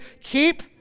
keep